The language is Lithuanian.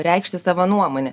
reikšti savo nuomonę